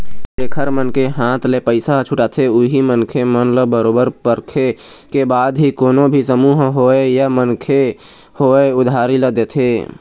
जेखर मन के हाथ ले पइसा ह छूटाथे उही मनखे मन ल बरोबर परखे के बाद ही कोनो भी समूह होवय या मनखे होवय उधारी ल देथे